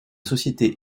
société